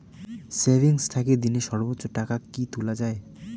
Savings থাকি দিনে সর্বোচ্চ টাকা কি তুলা য়ায়?